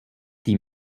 die